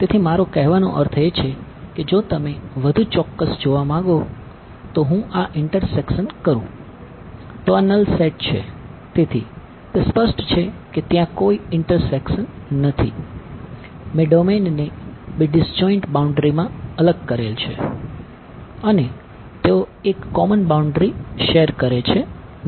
તેથી મારો કહેવાનો અર્થ એ છે કે જો તમે વધુ ચોક્કસ જોવા માંગો તો હું આ ઈંટરસેક્શન શેર કરે છે